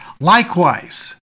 Likewise